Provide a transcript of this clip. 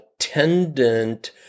attendant